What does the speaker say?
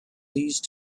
these